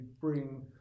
bring